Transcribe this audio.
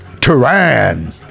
Turan